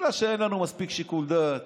בגלל שאין לנו מספיק שיקול דעת,